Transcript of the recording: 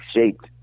shaped